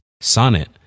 Sonnet